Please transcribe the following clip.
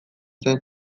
zen